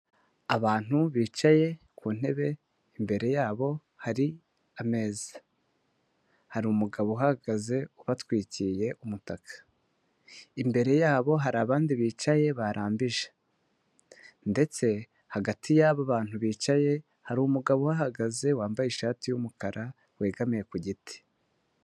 Abantu bicaye ku ntebe, imbere yabo hari ameza. Hari umugabo uhahagaze ubatwikiriye umutaka. Imbere yabo hari abandi bicaye barambije ndetse hagati y'aba bantu bicaye, hari umugabo uhahagaze wambaye ishati y'umukara, wegamiye ku giti.